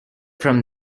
from